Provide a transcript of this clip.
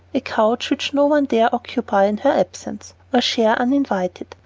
a couch which no one dare occupy in her absence, or share uninvited.